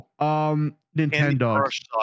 Nintendo